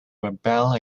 rebel